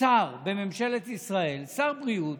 שר בממשלת ישראל, שר בריאות,